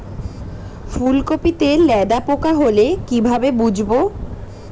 ফুলকপিতে লেদা পোকা হলে কি ভাবে বুঝবো?